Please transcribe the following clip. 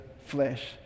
flesh